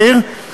מאיר,